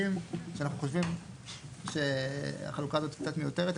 שאנחנו חושבים שהחלוקה הזאת היא קצת מיותרת.